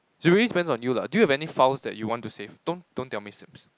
it really depends on you lah do you have any files that you wanna save don't don't tell me snaps